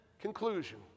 conclusion